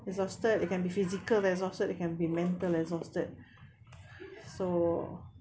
exhausted it can be physical exhausted it can be mental exhausted so